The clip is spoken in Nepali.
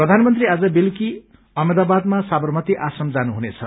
प्रधानमन्त्री आज बेलुकी अहमदाबादमा साबरमती आश्रम जानुहुनेछ